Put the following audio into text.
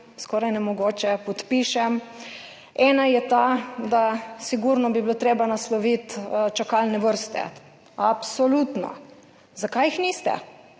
skoraj nemogoče, podpišem. Ena je ta, da bi bilo sigurno treba nasloviti čakalne vrste. Absolutno. Zakaj jih niste?